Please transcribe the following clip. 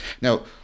Now